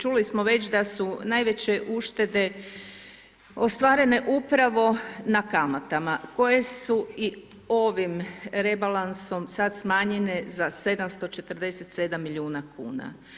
Čuli smo već da su najveće uštede ostvarene na kamatama, koje su i ovim rebalansom sad smanjene za 747 milijuna kuna.